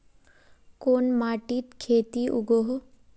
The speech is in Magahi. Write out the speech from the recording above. कोन माटित खेती उगोहो?